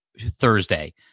Thursday